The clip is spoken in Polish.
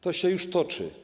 To się już toczy.